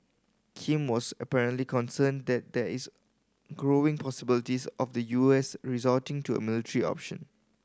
Kim was apparently concerned that there is growing possibilities of the U S resorting to a military option